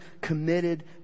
committed